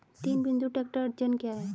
तीन बिंदु ट्रैक्टर अड़चन क्या है?